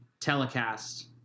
telecast